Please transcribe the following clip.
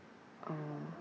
oh